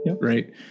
Right